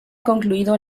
concluido